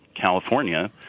California